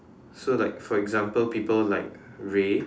so like for example people like ray